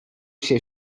się